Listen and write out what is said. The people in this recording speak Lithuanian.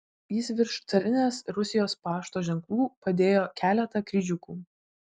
jis virš carinės rusijos pašto ženklų padėjo keletą kryžiukų